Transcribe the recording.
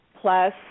plus